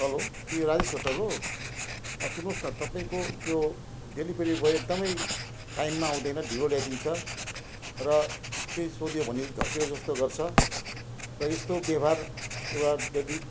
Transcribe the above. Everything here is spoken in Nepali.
हेलो के यो राजेश होटल हो अँ सुन्नुहोस् न तपाईँको त्यो डेलिभरी बोय एकदमै टाइममा आउँदैन ढिलो ल्याइदिन्छ र केही सोध्यो भने झर्किएको जस्तो गर्छ र यस्तो व्यवहार एउटा डेली